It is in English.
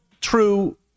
true